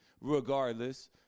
regardless